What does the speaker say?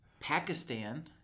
Pakistan